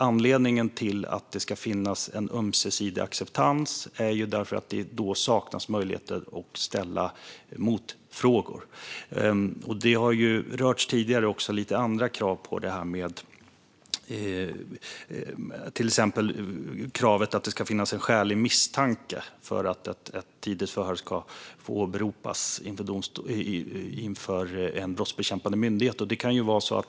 Anledningen till att det ska finnas en ömsesidig acceptans är att det då saknas möjlighet att ställa motfrågor. Tidigare har också andra krav berörts, till exempel att det ska finnas en skälig misstanke för att ett tidigt förhör ska få åberopas inför en brottsbekämpande myndighet.